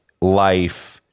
life